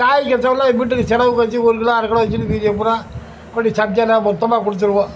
காய் கட்டைலாம் எங்க வீட்டுக்கு செலவுக்கு வச்சிட்டு ஒரு கிலோ அரை கிலோ வெச்சிட்டு மீதியை பூரா கொண்டு சந்தையில் மொத்தமாக கொடுத்துருவோம்